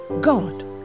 God